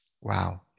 Wow